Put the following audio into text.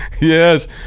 Yes